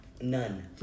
None